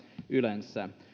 yleensä